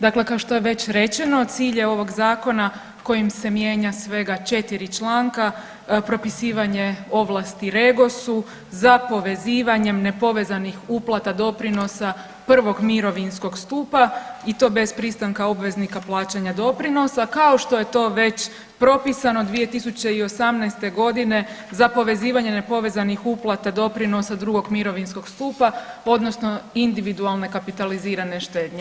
Dakle kao što je već rečeno cilj je ovog zakona kojim se mijenja svega 4 članka propisivanje ovlasti REGOS-u za povezivanjem nepovezanih uplata doprinosa prvog mirovinskog stupa i to bez pristanka obveznika plaćanja doprinosa, kao što je to već propisano 2018.g. za povezivanje nepovezanih uplata doprinosa drugog mirovinskog stupa odnosno individualne kapitalizirane štednje.